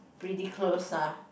pretty close ah